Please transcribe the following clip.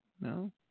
No